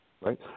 right